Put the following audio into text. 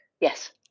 Yes